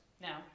now